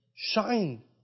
Shine